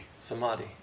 Samadhi